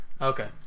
Okay